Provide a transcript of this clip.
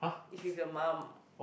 is with the mum